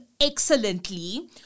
excellently